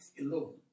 alone